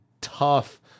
tough